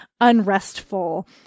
unrestful